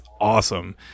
awesome